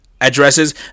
addresses